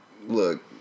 Look